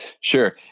Sure